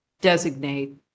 designate